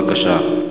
בבקשה.